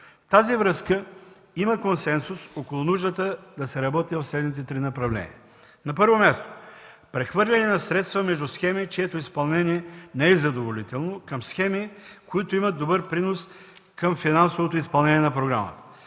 тази връзка има консенсус около нуждата да се работи в следните три направления: На първо място, прехвърляне на средства между схеми, чието изпълнение не е задоволително, към схеми, които имат добър принос към финансовото изпълнение на програмата.